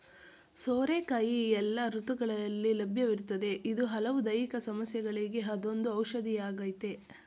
ಸೋರೆಕಾಯಿ ಎಲ್ಲ ಋತುಗಳಲ್ಲಿ ಲಭ್ಯವಿರ್ತದೆ ಇದು ಹಲವು ದೈಹಿಕ ಸಮಸ್ಯೆಗಳಿಗೆ ಅದೊಂದು ಔಷಧಿಯಾಗಯ್ತೆ